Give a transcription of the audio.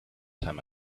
time